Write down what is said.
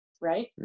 Right